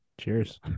Cheers